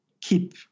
keep